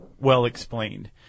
well-explained